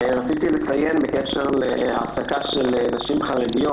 רציתי לציין בקשר להעסקה של נשים חרדיות,